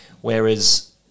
Whereas